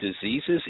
diseases